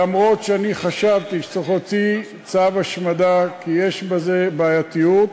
למרות שאני חשבתי שצריך להוציא צו השמדה כי יש בזה בעייתיות,